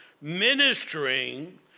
ministering